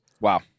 Wow